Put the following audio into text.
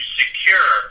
secure